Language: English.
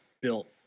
built